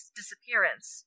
disappearance